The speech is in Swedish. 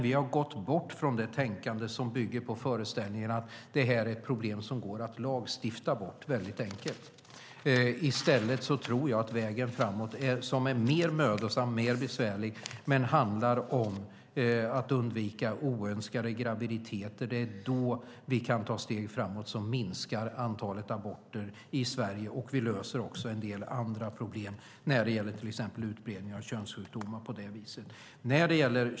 Vi har gått bort från det tänkande som bygger på föreställningen att det här är ett problem som väldigt enkelt går att lagstifta bort. I stället tror jag att vägen framåt, som är mer mödosam och mer besvärlig, handlar om att undvika oönskade graviditeter. Det är då vi kan ta steget framåt för att minska antalet aborter i Sverige, och vi löser även en del andra problem när det gäller till exempel utbredning av könssjukdomar.